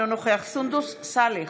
אינו נוכח סונדוס סאלח,